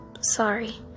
sorry